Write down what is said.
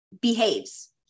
behaves